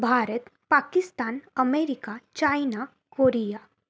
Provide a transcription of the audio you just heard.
Bharat Pakistan America China Korea